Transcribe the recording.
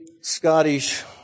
Scottish